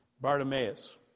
Bartimaeus